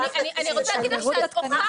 אני רוצה להגיד לך שאת הוכחת